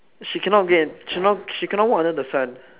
she cannot she she cannot walk under the sun